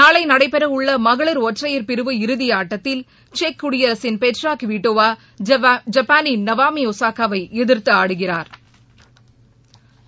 நாளை நடைபெற உள்ள மகளிர் ஒற்றையர் பிரிவு இறுதி ஆட்டத்தில் செக் குடியரசின் பெட்ரா கேவிடேவா ஐப்பானின் நவாமி ஒசாகாவை எதிர்த்து ஆடுகிறாா்